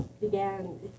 Began